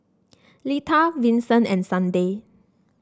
Lita Vincent and Sunday